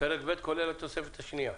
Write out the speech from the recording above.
בפרק ב' כולל התוספת השנייה.